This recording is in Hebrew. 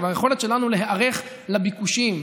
היכולת שלנו להיערך לביקושים,